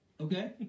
Okay